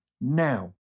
now